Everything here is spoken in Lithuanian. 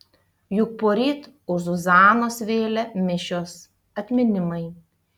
juk poryt už zuzanos vėlę mišios atminimai